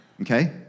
okay